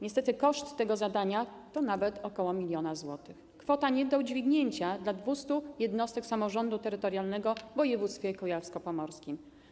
Niestety koszt tego zadania to nawet ok. miliona złotych, to kwota nie do udźwignięcia dla 200 jednostek samorządu terytorialnego w województwie kujawsko-pomorskim.